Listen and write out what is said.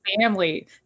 family